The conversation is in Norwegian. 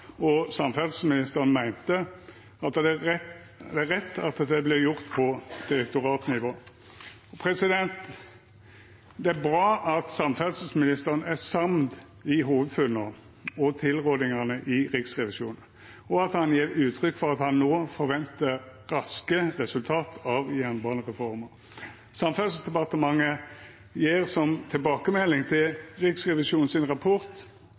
og samferdselsministeren meinte at det er rett at dette vert gjort på direktoratnivå. Det er bra at samferdselsministeren er samd i hovudfunna og tilrådingane til Riksrevisjonen, og at han gjev uttrykk for at han no forventar raske resultat av jernbanereforma. Samferdselsdepartementet gjev som tilbakemelding til Riksrevisjonens rapport